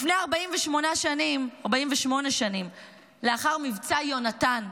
לפני 48 שנים, לאחר מבצע יהונתן,